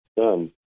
Done